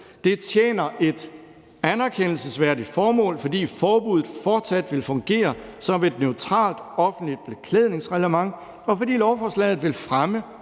tjener det et anerkendelsesværdigt formål, fordi forbuddet fortsat vil fungere som et neutralt offentligt beklædningsreglement, og fordi lovforslaget vil fremme